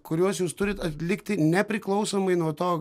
kuriuos jūs turit atlikti nepriklausomai nuo to